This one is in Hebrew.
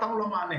נתנו לה מענה.